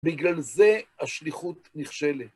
בגלל זה השליחות נכשלת.